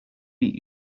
eat